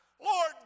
Lord